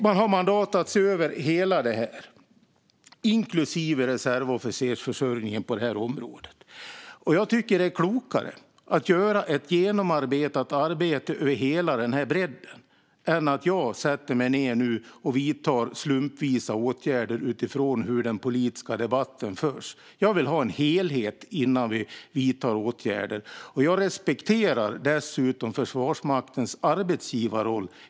Man har mandat att se över allt detta, inklusive reservofficersförsörjningen på det här området. Jag tycker att det är klokare att göra ett genomarbetat arbete över hela bredden än att jag sätter mig ned nu och vidtar slumpvisa åtgärder utifrån hur den politiska debatten förs. Jag vill se en helhet innan vi vidtar åtgärder, och jag respekterar dessutom Försvarsmaktens arbetsgivarroll.